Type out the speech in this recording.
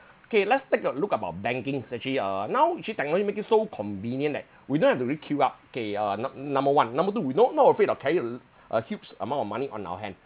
okay let's take a look about banking is actually uh now actually technology make you so convenient that we don't have to really queue up okay uh num~ number one number two we not not afraid of carry a a huge amount of money on our hand